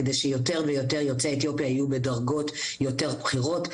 כדי שיותר ויותר יוצאי אתיופיה יהיו בדרגות יותר בכירות,